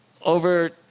over